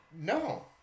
No